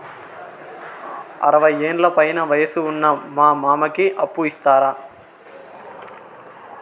అరవయ్యేండ్ల పైన వయసు ఉన్న మా మామకి అప్పు ఇస్తారా